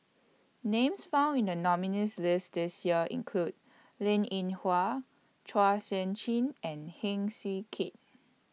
Names found in The nominees' list This Year include Linn in Hua Chua Sian Chin and Heng Swee Keat